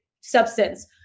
substance